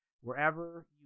wherever